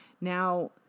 Now